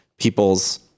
people's